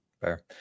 fair